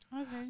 Okay